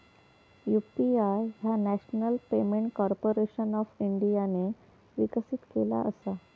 UPI ह्या national payment corporation of इंडियाने विकसित केला असा